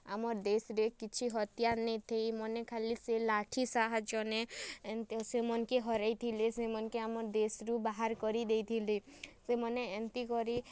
ଆମର ଦେଶ୍ରେ କିଛି ହତିଆର ନେଇ ଥେଇ ମନେ ଖାଲି ସେ ଲାଠି ସାହାଯ୍ୟ ନେ ଏମିତି ସେମନଙ୍କେ ହରେଇ ଥିଲେ ସେମାନଙ୍କେ ଆମ ଦେଶରୁ ବାହାର କରି ଦେଇଥିଲେ ସେମାନେ ଏମିତି କରି